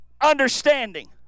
understanding